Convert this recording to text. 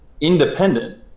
independent